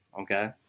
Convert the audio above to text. okay